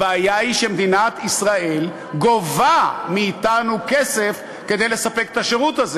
הבעיה היא שמדינת ישראל גובה מאתנו כסף כדי לספק את השירות הזה.